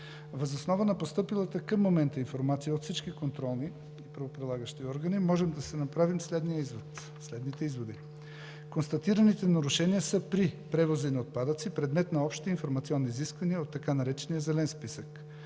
Въз основа на постъпилата към момента информация от всички контролни и правоприлагащи органи можем да си направим следните изводи: Първо. Констатираните нарушения са при превози на отпадъци – предмет на общите информационни изисквания от така наречения Зелен списък,